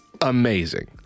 Amazing